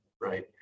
Right